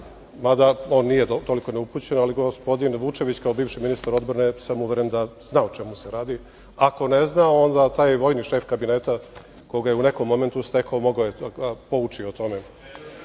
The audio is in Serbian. mada on nije toliko neupućen, ali gospodin Vučević kao bivši ministar odbrane sam uveren da zna o čemu se radi. Ako ne zna, onda taj vojni šef kabineta, koga je u nekom momentu stekao, mogao je da ga pouči o tome.U